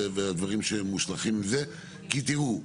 תיראו,